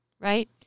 right